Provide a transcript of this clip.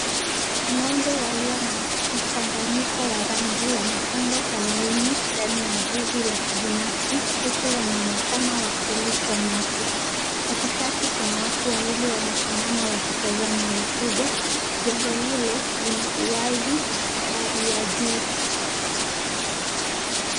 Ng'ombe walio na mchanganyiko wa rangi wamepangwa kwa laini ndani ya zizi la kibinafsi, huku wanaonekana wakilishwa nyasi. Katikati kuna watu wawili wamesimama wakitazama mifugo. Jengo lile lina uwazi na dari ya juu.